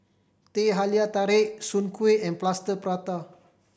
Teh Halia Tarik Soon Kueh and Plaster Prata